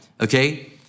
Okay